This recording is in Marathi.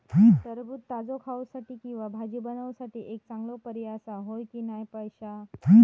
टरबूज ताजो खाऊसाठी किंवा भाजी बनवूसाठी एक चांगलो पर्याय आसा, होय की नाय पश्या?